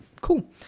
cool